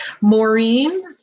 Maureen